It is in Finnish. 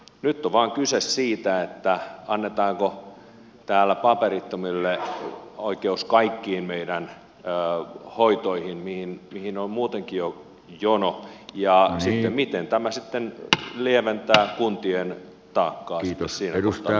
nyt on vain kyse siitä annetaanko täällä paperittomille oikeus kaikkiin meidän hoitoihimme mihin on muutenkin jo jono ja siitä miten tämä sitten lieventää kuntien taakkaa